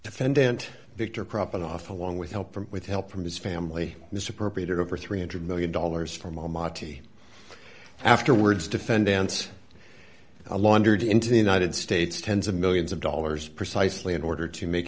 defendant victor crop off along with help from with help from his family misappropriated over three hundred million dollars from all mati afterwards defendants laundered into the united states tens of millions of dollars precisely in order to make